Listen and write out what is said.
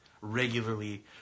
regularly